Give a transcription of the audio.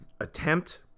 attempt